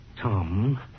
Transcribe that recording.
Tom